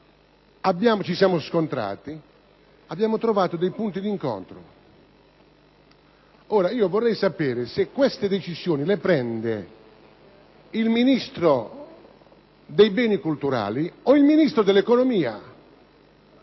ci siamo scontrati, abbiamo trovato dei punti di incontro. Ora, vorrei sapere se queste decisioni le prende il Ministro per i beni e le attività culturali o il Ministro dell'economia